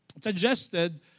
suggested